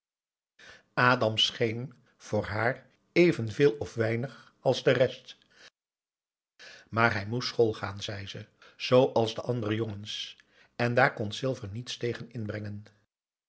adam scheen voor haar evenveel of weinig als de rest maar hij moest schoolgaan zei ze zooals de andere jongens en daar kon silver niets tegen inbrengen